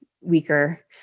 weaker